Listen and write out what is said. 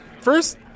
First